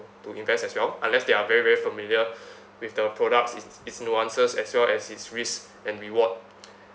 to invest as well unless they are very very familiar with the products its its nuances as well as its risk and reward